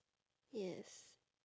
yes